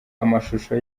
amashusho